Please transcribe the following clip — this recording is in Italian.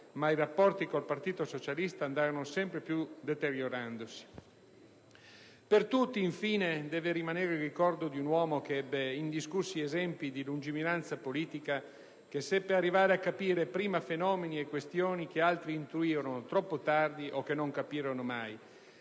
ma i rapporti con il Partito Socialista andarono sempre più deteriorandosi. Per tutti, infine, deve rimanere il ricordo di un uomo che ebbe indiscussi esempi di lungimiranza politica e seppe arrivare a capire prima fenomeni e questioni che altri intuirono troppo tardi o mai.